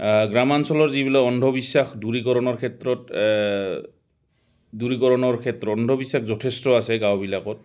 গ্ৰাম্যাঞ্চলৰ যিবিলাক অন্ধবিশ্বাস দূৰীকৰণৰ ক্ষেত্ৰত দূৰীকৰণৰ ক্ষেত্ৰত অন্ধবিশ্বাস যথেষ্ট আছে গাঁওবিলাকত